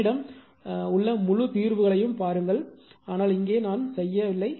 என்னிடம் உள்ள முழு தீர்வுகளையும் பாருங்கள் ஆனால் இங்கே நான் செய்ய வில்லை